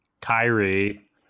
Kyrie